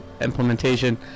implementation